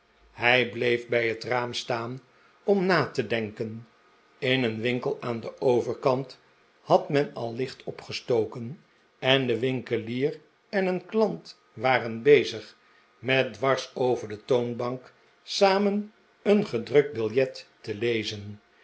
hij bleef bij het raam staan om na te denken in een winkel aan den overkant had men al licht opgestoken en de winkelier en een klant waren bezig met dwars over de toonbank samen een gedrukt biljet te lezen